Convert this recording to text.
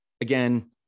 Again